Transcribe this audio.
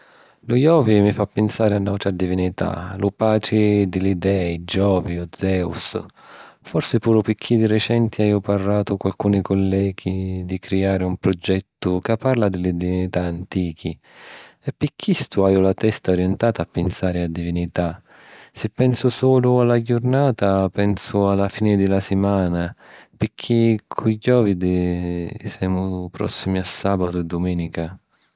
Lu jovi mi fa pinsari a n’àutra divinità, lu patri di li dei, Jovi o Zeus. Forsi puru picchì di recenti haju parratu cu alcuni colleghi di criari un progettu ca parla di li divinità antichi, e pi chistu haju la testa orientata a pinsari a divinità. Si pensu sulu a la jurnata, pensu a la fini di la simana picchì cu jovidi semu pròssimi a sàbatu e dumìnica.